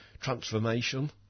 transformation